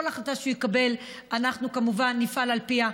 כל החלטה שהוא יקבל, אנחנו, כמובן, נפעל על פיה.